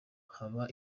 haba